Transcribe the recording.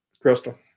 Crystal